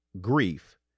grief